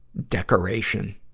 decoration.